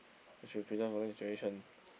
that should be preserved for next generation